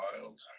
wild